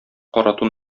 каратун